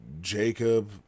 Jacob